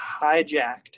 hijacked